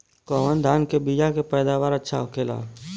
कवन धान के बीया के पैदावार अच्छा होखेला?